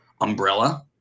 umbrella